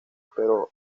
pero